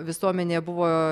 visuomenė buvo